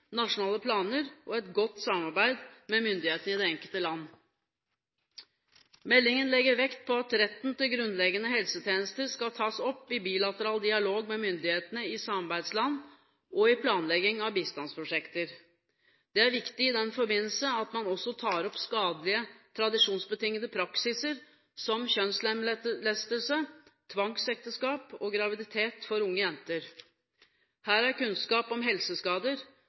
nasjonale planer og et godt samarbeid med myndighetene i det enkelte land. Meldingen legger vekt på at retten til grunnleggende helsetjenester skal tas opp i bilateral dialog med myndighetene i samarbeidsland og i planlegging av bistandsprosjekter. Det er viktig i den forbindelse at man også tar opp skadelige tradisjonsbetingede praksiser som kjønnslemlestelse, tvangsekteskap og graviditet for unge jenter. Her er kunnskap om helseskader,